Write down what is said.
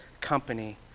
company